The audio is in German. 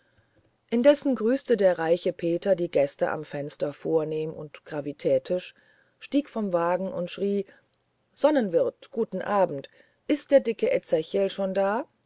indessen grüßte der reiche peter die gäste am fenster vornehm und gravitätisch stieg vom wagen und schrie sonnenwirt guten abend ist der dicke ezechiel schon da